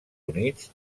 units